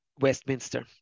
Westminster